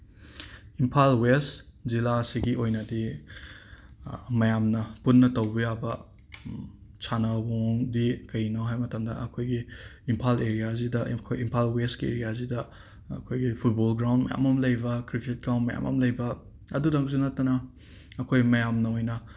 Imphal west ꯖꯤꯂꯥ ꯑꯁꯤꯒꯤ ꯑꯣꯏꯅꯗꯤ ꯃꯌꯥꯝꯅ ꯄꯨꯟꯅ ꯇꯧꯕ ꯌꯥꯕ ꯁꯥꯟꯅꯕ ꯃꯑꯣꯡꯗꯤ ꯀꯩꯅꯣ ꯍꯥꯏ ꯃꯇꯝꯗ ꯑꯩꯈꯣꯏꯒꯤ ꯏꯝꯐꯥꯜ ꯑꯦꯔꯤꯌꯥꯁꯤꯗ ꯑꯩꯈꯣꯏ ꯏꯝꯐꯥꯜ ꯋꯦꯁꯀꯤ ꯑꯦꯔꯤꯌꯥꯁꯤꯗ ꯑꯩꯈꯣꯏꯒꯤ ꯐꯨꯠꯕꯣꯜ ꯒ꯭ꯔꯥꯎꯟ ꯃꯌꯥꯝ ꯑꯃ ꯂꯩꯕ ꯀ꯭ꯔꯤꯀꯦꯠ ꯒ꯭ꯔꯥꯎꯟ ꯃꯌꯥꯝ ꯑꯃ ꯂꯩꯕ ꯑꯗꯨꯗꯪꯁꯨ ꯅꯠꯇꯅ ꯑꯩꯈꯣꯏ ꯃꯌꯥꯝꯅ ꯑꯣꯏꯅ